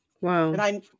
Wow